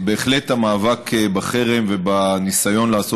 בהחלט המאבק בחרם ובניסיון לעשות